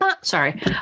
Sorry